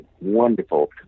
wonderful